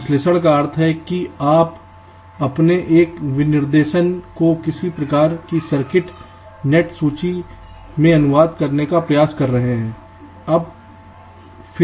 संश्लेषण का अर्थ है कि आप अपने इस विनिर्देशन को किसी प्रकार की सर्किट नेट सूची में अनुवाद करने का प्रयास कर रहे हैं